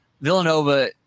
Villanova